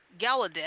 Gallaudet